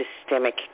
systemic